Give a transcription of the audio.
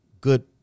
good